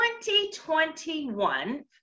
2021